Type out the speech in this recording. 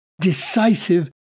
decisive